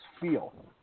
feel